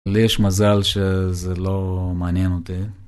לי יש מזל שזה לא מעניין אותי.